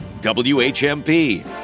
WHMP